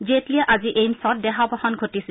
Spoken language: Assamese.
জেটলীয়ে আজি এইম্ছত দেহাৱসান ঘটিছিল